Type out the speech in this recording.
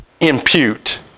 impute